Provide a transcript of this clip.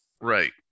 Right